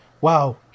wow